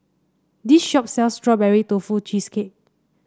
this shop sells Strawberry Tofu Cheesecake